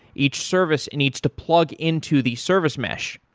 each service needs to plug in to the service mesh.